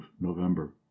november